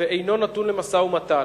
ואינו נתון למשא-ומתן.